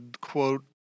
quote